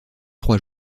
trois